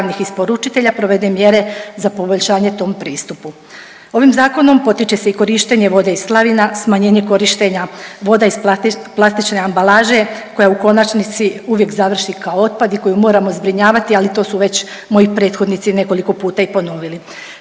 isporučitelja provede mjere za poboljšanje tom pristupu. Ovim zakonom potiče se i korištenje vode iz slavina, smanjenje korištenja voda iz plastične ambalaže koja u konačnici uvijek završi kao otpad i koju moramo zbrinjavati, ali to su već moji prethodnici nekoliko puta i ponovili.